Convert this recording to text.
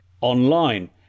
online